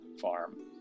farm